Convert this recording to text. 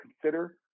consider